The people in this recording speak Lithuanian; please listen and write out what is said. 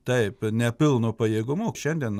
taip nepilnu pajėgumu šiandien